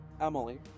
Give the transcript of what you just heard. Emily